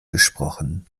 gesprochen